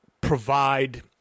provide